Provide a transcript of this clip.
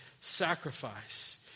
sacrifice